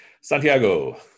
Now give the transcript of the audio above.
Santiago